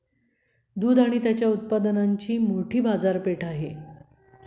दूध आणि त्याच्या उत्पादनांची मोठी बाजारपेठ आहे